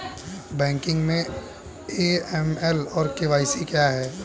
Banking में AML और KYC क्या हैं?